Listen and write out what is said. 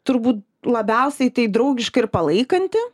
turbūt labiausiai tai draugiška ir palaikanti